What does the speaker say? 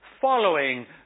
Following